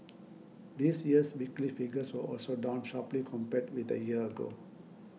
this year's weekly figures were also down sharply compared with a year ago